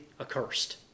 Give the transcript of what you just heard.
accursed